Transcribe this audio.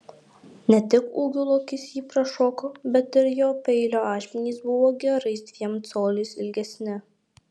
ne tik ūgiu lokys jį prašoko bet ir jo peilio ašmenys buvo gerais dviem coliais ilgesni